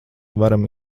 varam